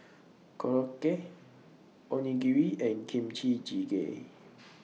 Korokke Onigiri and Kimchi Jjigae